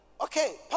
Okay